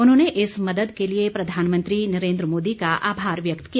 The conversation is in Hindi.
उन्होंने इस मदद के लिए प्रधानमंत्री नरेन्द्र मोदी का आभार व्यक्त किया